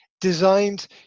designed